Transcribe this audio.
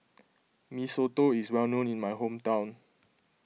Mee Soto is well known in my hometown